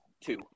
two